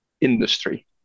industry